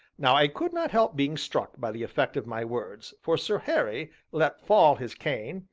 now i could not help being struck by the effect of my words, for sir harry let fall his cane,